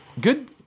good